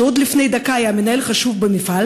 שעוד לפני דקה היה מנהל חשוב במפעל